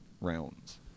rounds